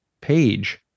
page